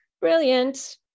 Brilliant